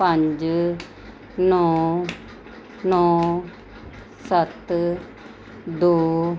ਪੰਜ ਨੌਂ ਨੌਂ ਸੱਤ ਦੋ